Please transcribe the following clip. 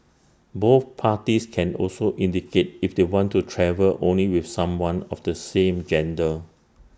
both parties can also indicate if they want to travel only with someone of the same gender